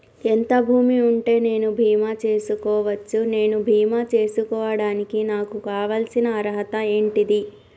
ఎంత భూమి ఉంటే నేను బీమా చేసుకోవచ్చు? నేను బీమా చేసుకోవడానికి నాకు కావాల్సిన అర్హత ఏంటిది?